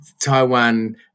Taiwan